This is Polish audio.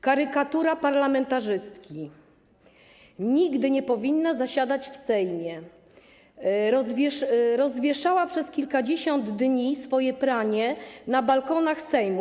Karykatura parlamentarzystki”, „nigdy nie powinna zasiadać w Sejmie”, „rozwieszała przez kilkadziesiąt dni swoje pranie na balkonach Sejmu”